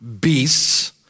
beasts